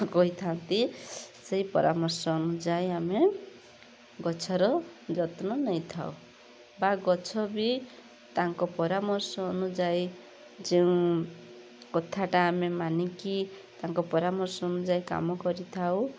କହିଥାନ୍ତି ସେଇ ପରାମର୍ଶ ଅନୁଯାୟୀ ଆମେ ଗଛର ଯତ୍ନ ନେଇଥାଉ ବା ଗଛ ବି ତାଙ୍କ ପରାମର୍ଶ ଅନୁଯାୟୀ ଯେଉଁ କଥାଟା ଆମେ ମାନିକି ତାଙ୍କ ପରାମର୍ଶ ଅନୁଯାୟୀ କାମ କରିଥାଉ